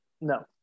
no